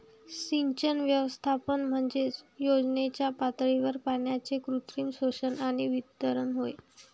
सिंचन व्यवस्थापन म्हणजे योजनेच्या पातळीवर पाण्याचे कृत्रिम शोषण आणि वितरण होय